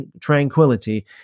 tranquility